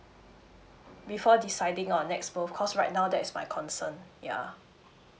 before deciding on next cause right now that is my concern ya